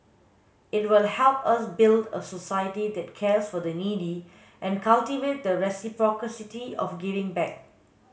it will help us build a society that cares for the needy and cultivate the reciprocity of giving back